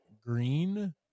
Green